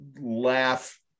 laugh